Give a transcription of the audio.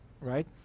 right